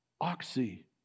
oxy